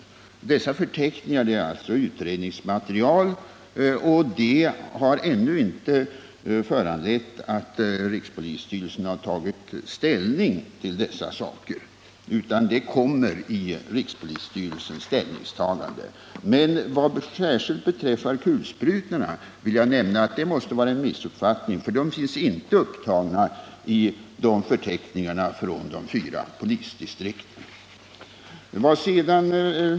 Dessa förteckningar är utredningsmaterial, och rikspolisstyrelsen har ännu inte tagit ställning till kraven. Men vad beträffar kulsprutorna, som Bertil Fiskesjö nämner i interpellationen, måste det vara fråga om en missuppfattning — de finns inte upptagna i förteckningarna från de fyra polisdistrikten.